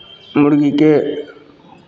मुरगीके